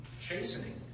chastening